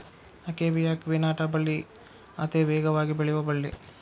akebia quinata ಬಳ್ಳಿ ಅತೇ ವೇಗವಾಗಿ ಬೆಳಿಯು ಬಳ್ಳಿ